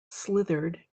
slithered